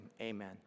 Amen